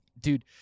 dude